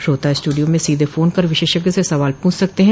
श्रोता स्ट्रडियो में सीधे फोन कर विशेषज्ञ से सवाल पृष्ठ सकते हैं